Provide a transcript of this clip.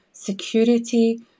security